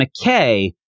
McKay